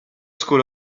school